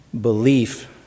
belief